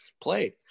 played